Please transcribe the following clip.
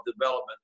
development